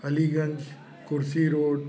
Aliganj Kursi road